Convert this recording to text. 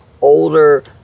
older